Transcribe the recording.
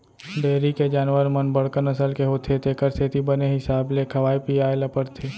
dairy के जानवर मन बड़का नसल के होथे तेकर सेती बने हिसाब ले खवाए पियाय ल परथे